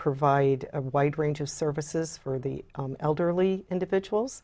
provide a wide range of services for the elderly individuals